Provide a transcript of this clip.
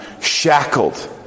shackled